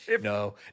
No